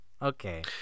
Okay